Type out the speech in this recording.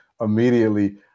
immediately